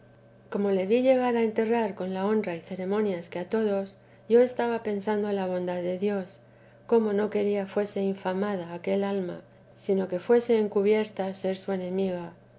como le vi enterrar con la honra y ceremonias que a todos yo estaba pensando la bondad de dios cómo no quería fuese infamada aquel alma sino que fuase encubierto ser su enemiga